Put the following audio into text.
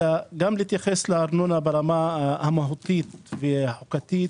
אלא גם להתייחס לארנונה ברמה המהותית והחוקתית,